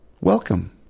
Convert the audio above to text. Welcome